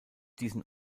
diesen